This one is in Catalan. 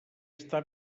està